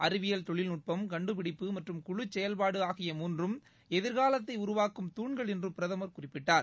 அறிவியல் தொழில்நுட்பம் கண்டுபிடிப்பு மற்றும் குழு செயல்பாடு ஆகிய மூன்றும் எதிர்காலத்தை உருவாக்கும் தூண்கள் என்றும் பிரதமர் குறிப்பிட்டார்